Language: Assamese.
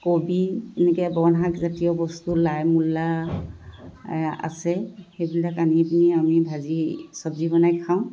কবি এনেকৈ বনশাক জাতীয় বস্তু লাই মূলা আছে সেইবিলাক আনি পিনি আমি ভাজি চব্জি বনাই খাওঁ